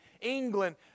England